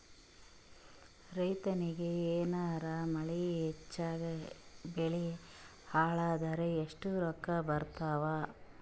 ರೈತನಿಗ ಏನಾರ ಮಳಿ ಹೆಚ್ಚಾಗಿಬೆಳಿ ಹಾಳಾದರ ಎಷ್ಟುರೊಕ್ಕಾ ಬರತ್ತಾವ?